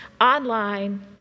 online